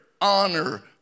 honor